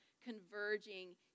converging